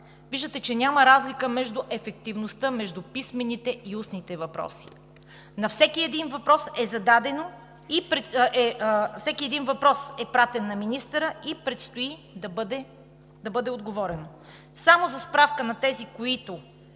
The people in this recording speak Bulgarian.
Виждате, че няма разлика между ефективността – между писмените и устните въпроси. Всеки един въпрос е пратен на министъра и предстои да бъде отговорено. Само за справка на тези, които